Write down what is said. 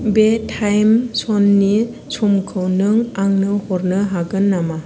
बे टाइम ज'ननि समखौ नों आंनो हरनो हागोन नामा